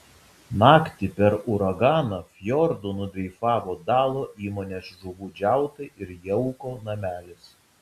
naktį per uraganą fjordu nudreifavo dalo įmonės žuvų džiautai ir jauko namelis